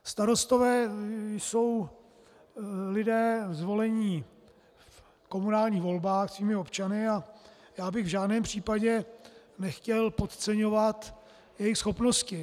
Starostové jsou lidé zvoleni v komunálních volbách svými občany a já bych v žádném případě nechtěl podceňovat jejich schopnosti.